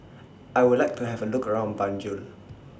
I Would like to Have A Look around Banjul